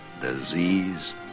disease